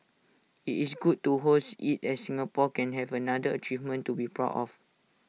IT is good to host IT as Singapore can have another achievement to be proud of